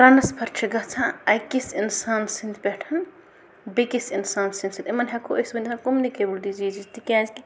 transfer چھِ گژھان اَکِس اِنسان سٕنٛدۍ پٮ۪ٹھ بیٚکِس اِنسان یِمَن ہٮ۪کو أسۍ ؤنِتھ کومنِکیبٕل ڈِزیٖزٕز تِکیٛازِ کہِ